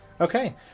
Okay